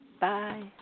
Bye